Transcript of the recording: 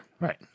right